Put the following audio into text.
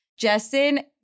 Justin